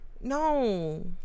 no